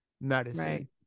medicine